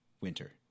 winter